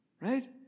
right